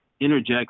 interjects